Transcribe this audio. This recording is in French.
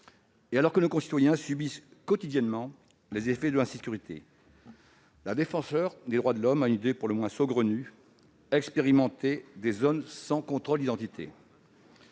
et alors que nos concitoyens subissent quotidiennement les effets de l'insécurité, la Défenseure des droits a une idée pour le moins saugrenue : expérimenter des zones sans contrôle d'identité.